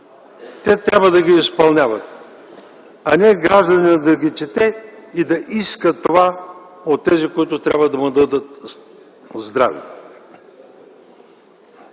Те трябва да ги изпълняват, а не гражданинът да ги чете и да иска това от тези, които трябва да му дадат здраве.